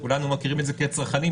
כולנו מכירים את זה כצרכנים,